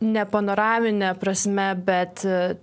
ne panoramine prasme bet